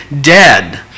dead